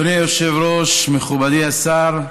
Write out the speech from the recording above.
אדוני היושב-ראש, מכובדי השר,